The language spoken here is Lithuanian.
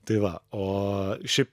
tai va o šiaip